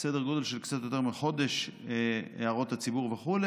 סדר גודל של קצת יותר מחודש להערות הציבור וכו',